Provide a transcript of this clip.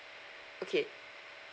okay